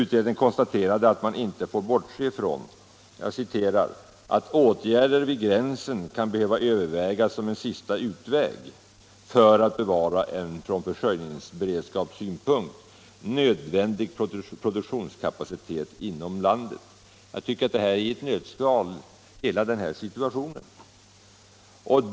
Utredningen konstaterade där att man inte fick bortse från ”att åtgärder vid gränsen kan behöva övervägas som en sista utväg för att bevara en från försörjningsberedskapssynpunkt nödvändig produktionskapacitet inom landet”. Jag tycker att detta i ett nötskal ger hela situationen.